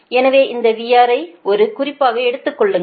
எனவே இந்த VR ஐ ஒரு குறிப்பாக எடுத்துக்கொள்ளுங்கள்